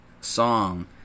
song